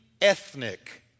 ethnic